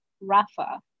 Rafa